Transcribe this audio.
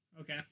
Okay